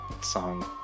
song